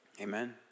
Amen